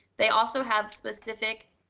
they also have specific